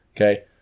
Okay